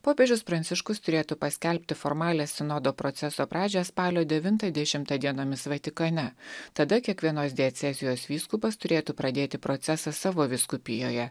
popiežius pranciškus turėtų paskelbti formalią sinodo proceso pradžią spalio devintą dešimtą dienomis vatikane tada kiekvienos diecezijos vyskupas turėtų pradėti procesą savo vyskupijoje